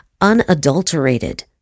unadulterated